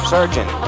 Surgeon